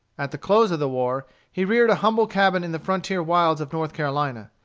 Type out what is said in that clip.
at the close of the war he reared a humble cabin in the frontier wilds of north carolina.